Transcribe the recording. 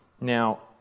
Now